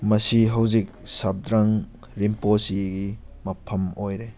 ꯃꯁꯤ ꯍꯧꯖꯤꯛ ꯁꯕꯗ꯭ꯔꯪ ꯔꯤꯝꯄꯣꯆꯤꯒꯤ ꯃꯐꯝ ꯑꯣꯏꯔꯦ